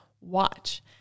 watch